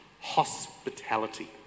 Hospitality